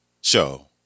Show